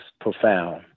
profound